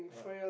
what